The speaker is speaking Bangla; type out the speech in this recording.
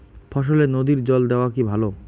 ফসলে নদীর জল দেওয়া কি ভাল?